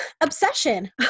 obsession